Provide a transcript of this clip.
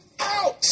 out